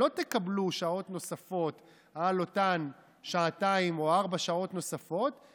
לא תקבלו שעות נוספות על אותן שעתיים או ארבע שעות נוספות,